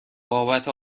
بابت